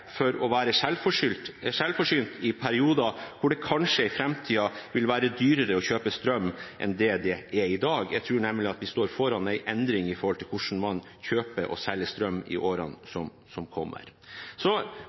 for å være selvforsynt i perioder hvor det kanskje i framtiden vil være dyrere å kjøpe strøm enn det det er i dag. Jeg tror nemlig at vi står foran en endring med hensyn til hvordan man kjøper og selger strøm i årene som kommer. Så